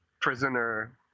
prisoner